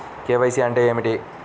KYC అంటే ఏమిటి?